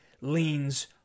leans